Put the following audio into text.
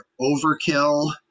overkill